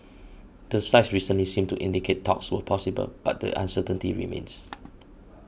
the sides recently seemed to indicate talks were possible but the uncertainty remains